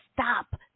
stop